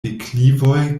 deklivoj